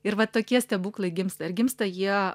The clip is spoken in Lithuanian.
ir va tokie stebuklai gimsta ir gimsta jie